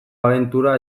abentura